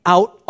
Out